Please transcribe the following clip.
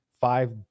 five